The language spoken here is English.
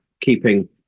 keeping